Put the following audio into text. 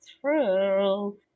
true